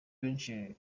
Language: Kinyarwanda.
benshi